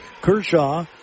Kershaw